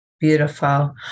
beautiful